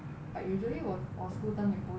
but usually 我 school term 也不会看